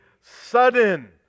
sudden